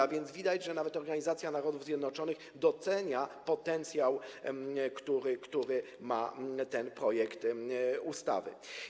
A więc widać, że nawet Organizacja Narodów Zjednoczonych docenia potencjał, który ma ten projekt ustawy.